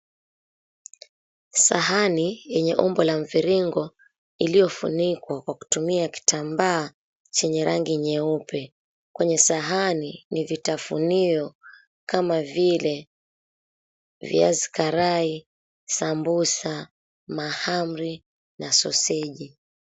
Sahani yenye umbo la mviringo iliyofunikwa kwa kutumia kitambaa chenye rangi nyeupe, kwenye sahani ni vitafunio kama vile viazi karai, sabusa, mahamri na soseji.